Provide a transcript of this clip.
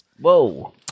Whoa